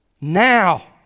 Now